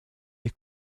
est